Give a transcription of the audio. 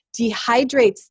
dehydrates